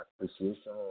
appreciation